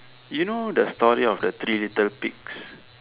you know the story of the three little pigs